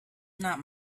not